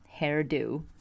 hairdo